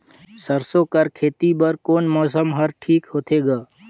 सरसो कर खेती बर कोन मौसम हर ठीक होथे ग?